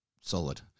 solid